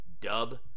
Dub